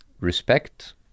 Respect